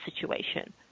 situation